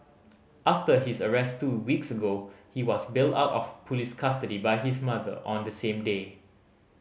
after his arrest two weeks ago he was bailed out of police custody by his mother on the same day